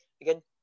again